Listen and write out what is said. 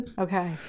Okay